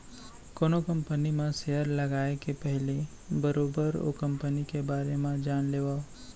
कोनो कंपनी म सेयर लगाए के पहिली बरोबर ओ कंपनी के बारे म जान लेवय